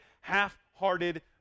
half-hearted